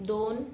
दोन